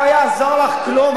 לא יעזור לך כלום,